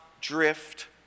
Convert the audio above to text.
drift